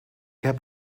heb